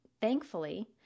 thankfully